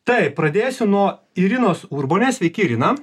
tai pradėsiu nuo irinos urbonės sveiki irina